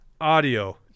audio